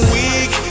weak